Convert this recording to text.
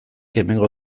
hemengo